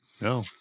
no